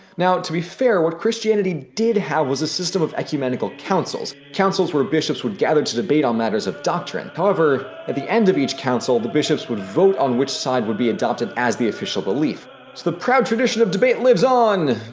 now, to be fair, what christianity did have was a system of ecumenical councils, councils where bishops would gather to debate on matters of doctrine. however at the end of each council the bishops would vote on which side would be adopted as the official belief. so the proud tradition of debate lives on!